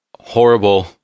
horrible